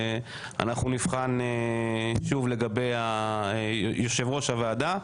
ואנחנו נבחן שוב לגבי היושב ראש הוועדה,